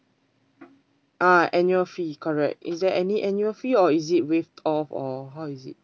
ah annual fee correct is there any annual fee or is it waive off or how is it